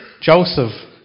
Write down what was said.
Joseph